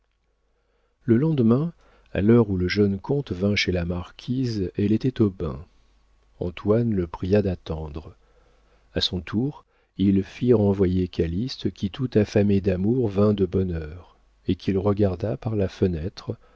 le lendemain à l'heure où le jeune comte vint chez la marquise elle était au bain antoine le pria d'attendre a son tour il fit renvoyer calyste qui tout affamé d'amour vint de bonne heure et qu'il regarda par la fenêtre